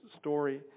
story